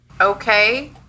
okay